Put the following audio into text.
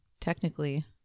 technically